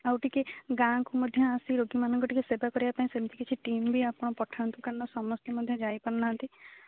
ଆଉ ଟିକେ ଗାଁ'କୁ ମଧ୍ୟ ଆସି ରୋଗୀମାନଙ୍କୁ ଟିକେ ସେବା କରିବା ପାଇଁ ସେମିତି କିଛି ଟିମ୍ ବି ଆପଣ ପଠାନ୍ତୁ କାରଣ ସମସ୍ତେ ମଧ୍ୟ ଯାଇପାରୁ ନାହାଁନ୍ତି